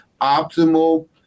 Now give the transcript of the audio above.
optimal